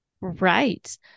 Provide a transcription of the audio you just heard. Right